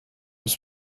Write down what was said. muss